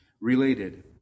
Related